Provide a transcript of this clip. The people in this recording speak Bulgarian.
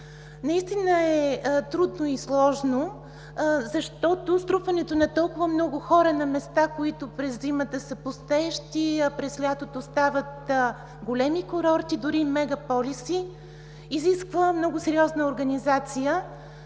Наистина е трудно и сложно, защото струпването на толкова много хора на места, които през зимата са пустеещи, а през лятото стават големи курорти, дори мегаполиси, изисква много сериозна организация